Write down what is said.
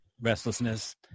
restlessness